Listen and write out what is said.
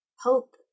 Hope